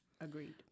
Agreed